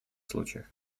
случаях